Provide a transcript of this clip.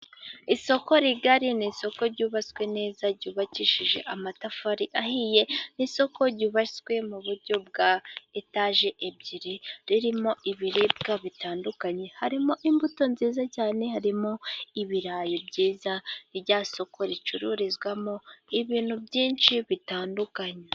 Isoko rigari, ni isoko ryubatswe neza, ryubakishije amatafari ahiye, ni isoko ryubatswe mu buryo bwa etaje ebyiri, ririmo ibiribwa bitandukanye, harimo imbuto nziza cyane, harimo ibirayi byiza, ni rya soko ricururizwamo ibintu byinshi bitandukanye.